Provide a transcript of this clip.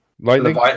Lightning